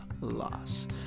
loss